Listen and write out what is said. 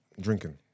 drinking